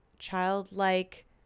childlike